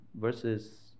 versus